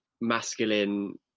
masculine